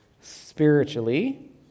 spiritually